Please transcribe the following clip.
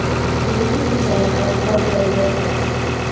गेहूँ के सिंचाई कब कब करे बर पड़थे?